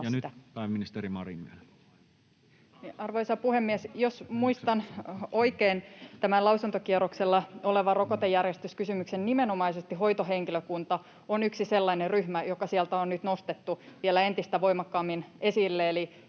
Ja nyt pääministeri Marin vielä. Arvoisa puhemies! Jos muistan oikein tämän lausuntokierroksella olevan rokotejärjestyskysymyksen, niin nimenomaisesti hoitohenkilökunta on yksi sellainen ryhmä, joka sieltä on nyt nostettu vielä entistä voimakkaammin esille.